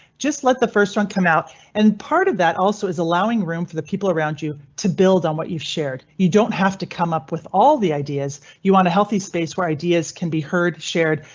just let the first one come out and part of that also is allowing room for the people around you to build on what you've shared. you don't have to come up with all the ideas. you want a healthy space where ideas can be heard, shared,